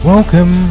Welcome